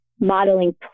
modeling